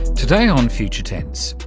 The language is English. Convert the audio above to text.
today on future tense,